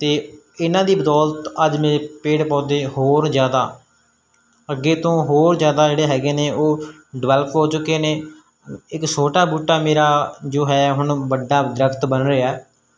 ਅਤੇ ਇਹਨਾਂ ਦੀ ਬਦੌਲਤ ਅੱਜ ਮੇਰੇ ਪੇੜ ਪੌਦੇ ਹੋਰ ਜ਼ਿਆਦਾ ਅੱਗੇ ਤੋਂ ਹੋਰ ਜ਼ਿਆਦਾ ਜਿਹੜੇ ਹੈਗੇ ਨੇ ਉਹ ਡਿਵੈਲਪ ਹੋ ਚੁੱਕੇ ਨੇ ਇੱਕ ਛੋਟਾ ਬੂਟਾ ਮੇਰਾ ਜੋ ਹੈ ਹੁਣ ਵੱਡਾ ਦਰਖਤ ਬਣ ਰਿਹਾ